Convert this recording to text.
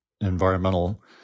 environmental